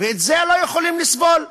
ואת זה לא יכולים לסבול.